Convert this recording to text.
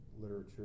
literature